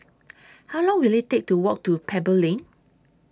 How Long Will IT Take to Walk to Pebble Lane